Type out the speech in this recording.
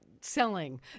Selling